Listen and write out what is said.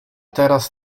teraz